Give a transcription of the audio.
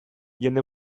jende